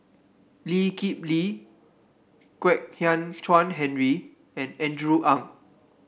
Lee Kip Lee Kwek Hian Chuan Henry and Andrew Ang